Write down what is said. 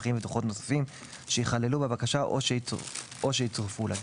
מסמכים ודוחות נוספים שייכללו בבקשה או שיצורפו לה.